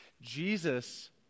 Jesus